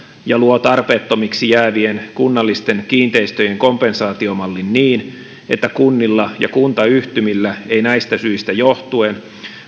ja luo tarpeettomiksi jäävien kunnallisten kiinteistöjen kompensaatiomallin niin että kunnilla ja kuntayhtymillä ei näistä syistä johtuen